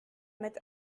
mit